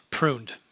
pruned